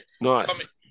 nice